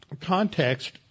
context